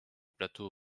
plateau